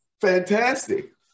fantastic